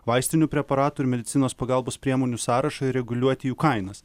vaistinių preparatų ir medicinos pagalbos priemonių sąrašą reguliuoti jų kainas